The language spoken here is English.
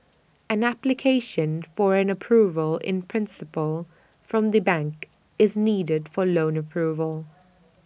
an application for an approval in principle from the bank is needed for loan approval